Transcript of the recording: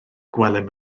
gwelem